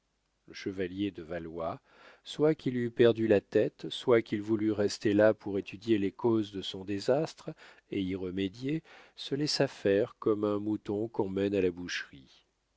le chevalier de valois soit qu'il eût perdu la tête soit qu'il voulût rester là pour étudier les causes de son désastre et y remédier se laissa faire comme un mouton qu'on mène à la boucherie